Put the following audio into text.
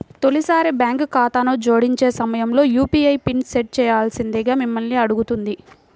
తొలిసారి బ్యాంక్ ఖాతాను జోడించే సమయంలో యూ.పీ.ఐ పిన్ని సెట్ చేయాల్సిందిగా మిమ్మల్ని అడుగుతుంది